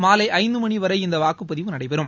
மாலை ஐந்து மணி வரை இந்த வாக்குப்பதிவு நடைபெறும்